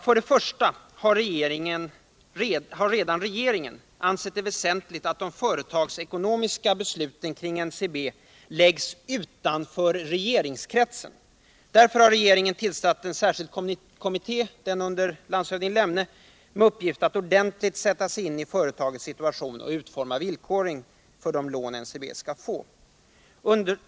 För det första har redan regeringen ansett det väsentligt att de företagsekonomiska besluten om NCB läggs utanför regeringskretsen. Därför har regeringen tillsatt en särskild kommitté, under landshövding Lemne, med uppgift att ordentligt sätta sig in i företagets situation och utforma villkoren för de lån NCB skall få.